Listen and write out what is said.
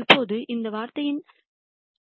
இப்போது இந்த வார்த்தையின்